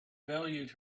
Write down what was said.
valued